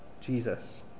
Jesus